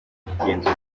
kugenzura